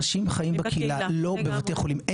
אנשים חיים בקהילה לא בבתי חולים.